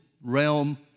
realm